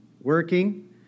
working